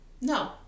No